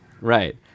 Right